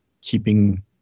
keeping